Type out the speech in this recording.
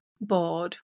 bored